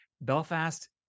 Belfast